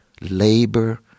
labor